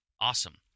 Awesome